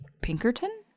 Pinkerton